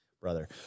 brother